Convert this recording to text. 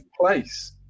place